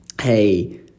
hey